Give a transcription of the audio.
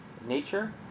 nature